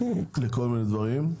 לכל מיני דברים,